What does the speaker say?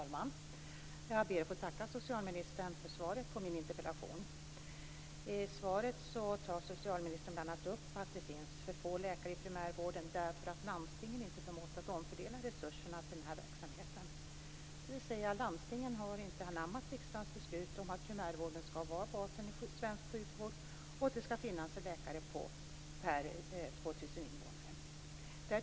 Fru talman! Jag ber att få tacka socialministern för svaret på min interpellation. Socialministern tar bl.a. upp att det finns för få läkare inom primärvården därför att landstingen inte har förmått att omfördela resurserna till denna verksamhet. Landstingen har inte anammat riksdagens beslut att primärvården skall utgöra basen för svensk sjukvård och att det skall finna en läkare per 2 000 invånare.